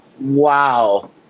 Wow